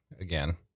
again